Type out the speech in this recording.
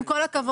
עם כל הכבוד,